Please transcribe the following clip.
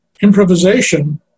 improvisation